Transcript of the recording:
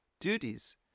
duties